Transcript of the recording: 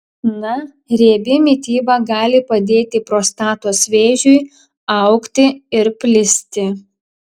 na riebi mityba gali padėti prostatos vėžiui augti ir plisti